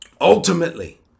ultimately